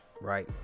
right